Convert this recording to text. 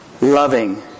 loving